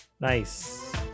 nice